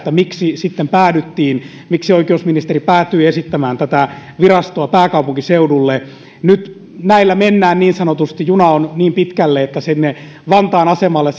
miksi tähän sitten päädyttiin miksi oikeusministeri päätyi esittämään tätä virastoa pääkaupunkiseudulle näillä nyt mennään niin sanotusti juna on niin pitkällä että sinne vantaan asemalle